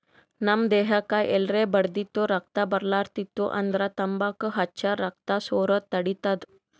ನಮ್ ದೇಹಕ್ಕ್ ಎಲ್ರೆ ಬಡ್ದಿತ್ತು ರಕ್ತಾ ಬರ್ಲಾತಿತ್ತು ಅಂದ್ರ ತಂಬಾಕ್ ಹಚ್ಚರ್ ರಕ್ತಾ ಸೋರದ್ ತಡಿತದ್